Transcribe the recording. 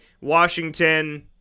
Washington